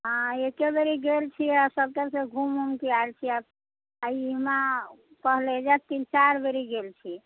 हँ एकेबेरी गेल छी आओर सबतरिसँ घुमि उमिके आएल छी आओर पहलेजा तीन चारि बेरी गेल छी